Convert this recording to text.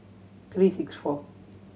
three six four